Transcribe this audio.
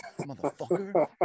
motherfucker